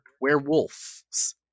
werewolves